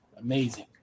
Amazing